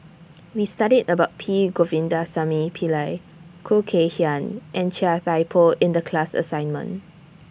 We studied about P Govindasamy Pillai Khoo Kay Hian and Chia Thye Poh in The class assignment